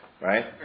Right